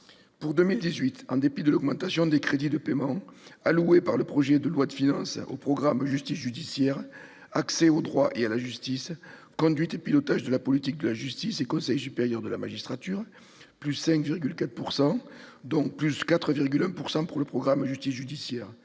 Pour 2018, en dépit de l'augmentation des crédits de paiement alloués par le projet de loi de finances aux programmes « Justice judiciaire »,« Accès au droit et à la justice »,« Conduite et pilotage de la politique de la justice » et « Conseil supérieur de la magistrature »- l'augmentation est de 5,4 %, dont 4,1 % pour le programme « Justice judiciaire